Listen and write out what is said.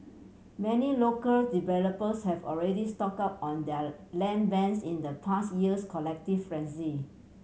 many local developers have already stocked up on their land banks in the past year's collective frenzy